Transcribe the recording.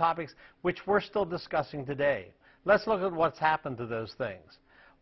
topics which we're still discussing today let's look at what's happened to those things